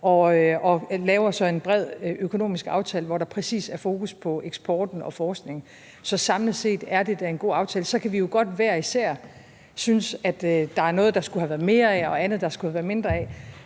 og laver så en bred økonomisk aftale, hvor der præcis er fokus på eksporten og forskningen. Så samlet set er det da en god aftale. Så kan vi jo godt hver især synes, at der var noget, der skulle have været mere af, og andet, der skulle have været mindre af,